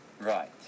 Right